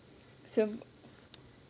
so